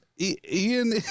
Ian